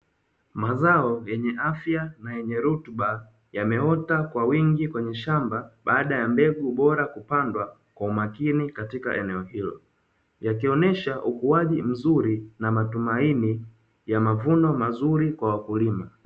Mazao yenye afya na yenye rutuba, yameota kwa wingi kwenye shamba baada ya mbegu bora kwenye shamba kupandwa kwa umakini katika eneo hilo, yakionyesha ukuaji mzuri na matumaini ya mavuno mazuri kwa wakulima.